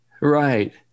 Right